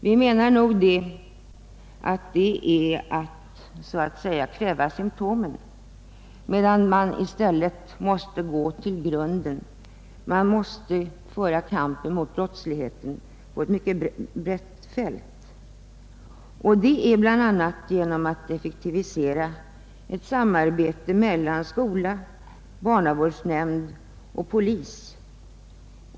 Vi menar att en sådan övervakning innebär att man kväver symtomen medan man i stället måste gå till grunden med dessa problem. Kampen mot brottsligheten måste föras på ett mycket brett fält — och det gör man bl.a. genom att effektivisera ett samarbete mellan skola, barnavårdsnämnd och polis.